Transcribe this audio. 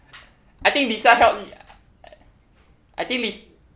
I think lisa help I think lis~